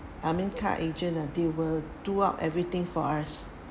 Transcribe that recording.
I mean car agent lah they will do up everything for us